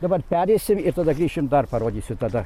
dabar pereisim ir tada grįšim dar parodysiu tada